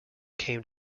came